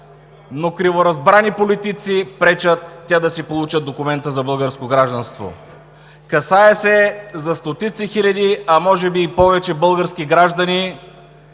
но криворазбрани политици пречат те да получат документа си за българско гражданство. Касае се за стотици хиляди, а може би и повече български граждани,